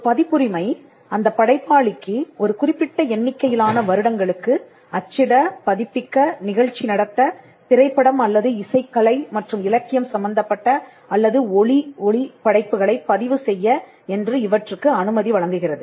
ஒரு பதிப்புரிமை அந்தப் படைப்பாளிக்கு ஒரு குறிப்பிட்ட எண்ணிக்கையிலான வருடங்களுக்கு அச்சிட பதிப்பிக்க நிகழ்ச்சி நடத்த திரைப்படம் அல்லது இசைக்கலை மற்றும் இலக்கியம் சம்பந்தப்பட்ட அல்லது ஒளி ஒலி படைப்புகளைப் பதிவு செய்ய என்று இவற்றுக்கு அனுமதி வழங்குகிறது